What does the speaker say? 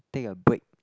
take a break